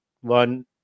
one